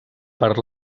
per